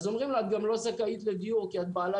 אז אומרים לה שהיא גם לא זכאית לדיור כי היא בעלת